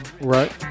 Right